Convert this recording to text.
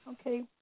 okay